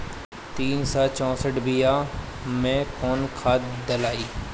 तीन सउ चउसठ बिया मे कौन खाद दलाई?